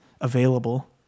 available